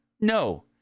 No